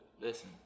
Listen